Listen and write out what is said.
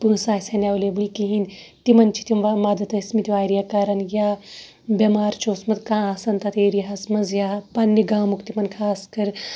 پونٛسہٕ آسہِ ہَن نہٕ اَیٚولیبٕل کِہیٖنۍ تِمَن چھِ تِم مَدَد ٲسمٕتۍ واریاہ کَران یا بیٚمار چھُ اوسمُت کانٛہہ آسان تَتھ ایریا ہَس مَنٛز یا پَننہِ گامُک تِمَن خاص کَر